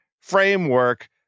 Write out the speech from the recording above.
framework